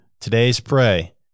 TODAYSPRAY